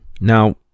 Now